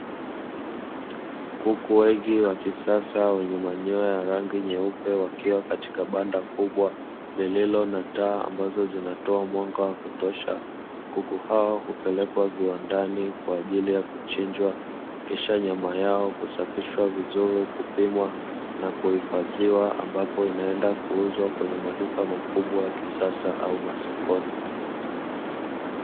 Kuku wengi wa kisasa wenye manyoya ya rangi yeupe wakiwa katika banda kubwa lililo na taa, ambazo zinatoa mwanga wa kutosha. Kuku hawa hupelekwa viwandani kwajili ya kuchinjwa, kisha nyama yao kusafishwa vizuri kuupimwa na kuhifadhiwa, ambapo inaenda kuuzwa kwenye maduka makubwa ya kiisasa au masokoni.